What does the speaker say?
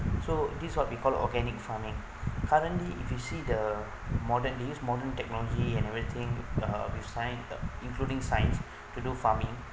so this what we call organic farming currently if you see the modernly modern technology and everything uh with science including science to do farming